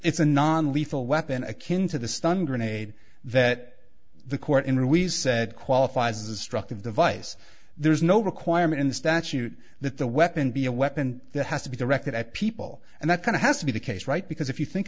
it's a non lethal weapon akin to the stun grenade that the court in ruiz said qualifies a struct device there's no requirement in the statute that the weapon be a weapon that has to be directed at people and that kind of has to be the case right because if you think